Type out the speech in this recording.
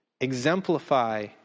exemplify